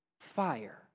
fire